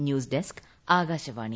news desk Akashvani